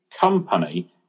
company